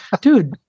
dude